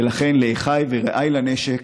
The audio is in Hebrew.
ולכן, לאחיי ורעיי לנשק,